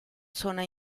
zona